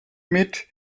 mit